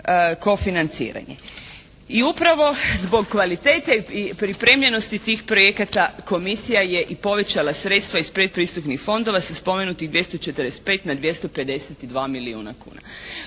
kofinanciranje. I upravo zbog kvalitete i pripremljenosti tih projekata komisija je i povećala sredstva iz predpristupnih fondova sa spomenutih 245 na 252 milijuna kuna.